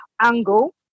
angle